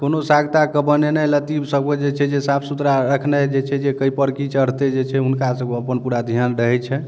कोनो साग ताग के बनेनै लत्ती सबके जे छै से साफ सुथरा रखनाइ जे छै से कै पर की चढ़तै जे छै हुनका सबके अपन पूरा ध्यान रहै छनि